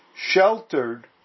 sheltered